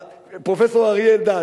פרופסור אריה אלדד,